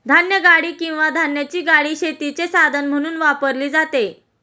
धान्यगाडी किंवा धान्याची गाडी शेतीचे साधन म्हणून वापरली जाते